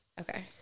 Okay